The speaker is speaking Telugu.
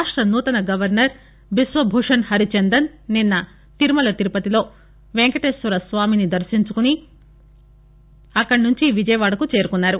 రాష్ట్ర నూతన గవర్నర్ బిశ్వ భూషణ్హరిచందన్ నిన్న తిరుమల తిరుపతిలో వెంకటేశ్వరస్వామిని దర్శించుకొని అక్కడి నుంచి విజయవాడకు చేరుకున్నారు